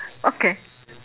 okay